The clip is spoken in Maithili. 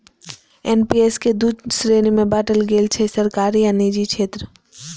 एन.पी.एस कें दू श्रेणी मे बांटल गेल छै, सरकारी आ निजी क्षेत्र